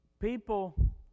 People